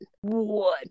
one